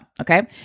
okay